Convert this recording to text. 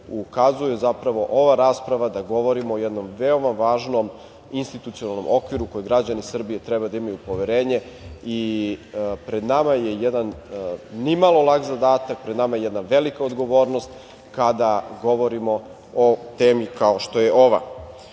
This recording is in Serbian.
ukazuje zapravo ova rasprava da govorimo o jednom veoma važnom institucionalnom okviru u koji građani Srbije treba da imaju poverenje. Pred nama je jedan nimalo lak zadatak, pred nama je jedna velika odgovornost kada govorimo o temi kao što je